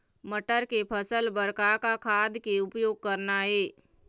मटर के फसल बर का का खाद के उपयोग करना ये?